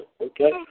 Okay